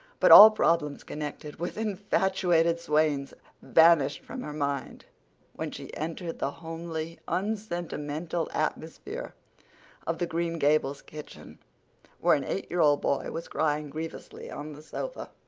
but all problems connected with infatuated swains vanished from her mind when she entered the homely, unsentimental atmosphere of the green gables kitchen where an eight-year-old boy was crying grievously on the sofa.